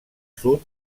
sud